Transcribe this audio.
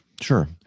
Sure